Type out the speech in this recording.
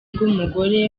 rw’umugore